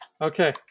Okay